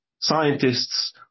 scientists